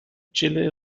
chile